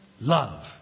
love